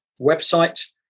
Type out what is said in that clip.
website